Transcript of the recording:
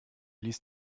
ließ